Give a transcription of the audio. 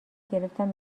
گرفتم